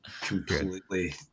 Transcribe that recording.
completely